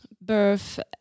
birth